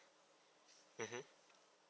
mmhmm